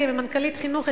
כמנכ"לית משרד החינוך,